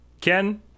Ken